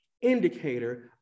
indicator